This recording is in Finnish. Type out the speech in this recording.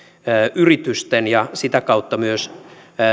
yritysten ja sitä kautta myös